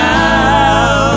now